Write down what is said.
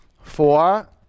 four